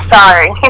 Sorry